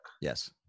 Yes